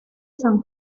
san